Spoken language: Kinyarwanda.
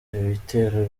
ibitero